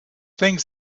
things